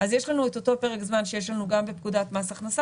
אז יש לנו את אותו פרק זמן שיש לנו גם בפקודת מס הכנסה,